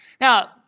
Now